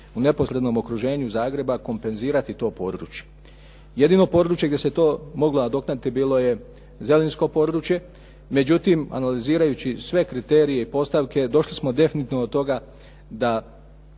u neposrednom okruženju Zagreba kompenzirati to područje. Jedino područje gdje se to moglo nadoknaditi bilo je Zelinsko područje, međutim analizirajući sve kriterije i postavke došli smo definitivno do toga da